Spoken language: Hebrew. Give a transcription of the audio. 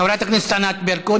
חברת הכנסת ענת ברקו,